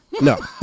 No